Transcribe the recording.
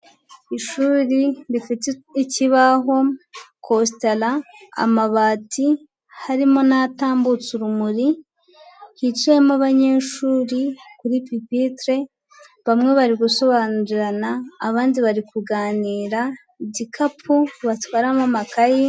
Ishuri rifite ikibaho coastara amabati harimo n'atambutsa urumuri hicamo abanyeshuri kuri pipitre bamwe bari gusobanurana abandi bari kuganira, igikapu batwaramo amakayi.